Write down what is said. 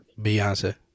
Beyonce